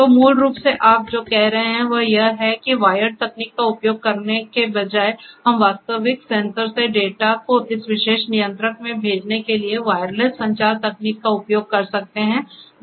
तो मूल रूप से आप जो कह रहे हैं वह यह है कि वायर्ड तकनीक का उपयोग करने के बजाय हम वास्तविक सेंसर से डेटा को इस विशेष नियंत्रक में भेजने के लिए वायरलेस संचार तकनीक का उपयोग कर सकते हैं